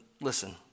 listen